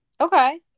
Okay